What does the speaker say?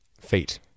feet